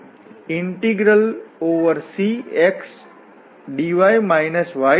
તેથી તે મુજબ આપણે ક્યાં તો આ કર્વ ઇન્ટિગ્રલ કરી શકીએ છીએ અથવા ડબલ ઇન્ટિગ્રલ એરિયા મેળવવા માટે કરી શકીએ છીએ